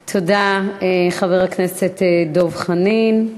תודה, חבר הכנסת דב חנין.